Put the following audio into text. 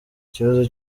ikibazo